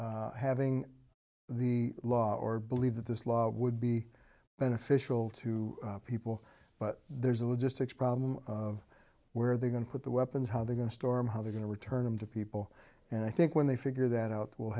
like having the law or believe that this law would be beneficial to people but there's a logistics problem of where they're going to put the weapons how they're going to storm how they're going to return them to people and i think when they figure that out we'll